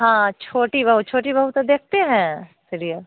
हाँ छोटी बहू छोटी बहू तो देखते हैं सीरियल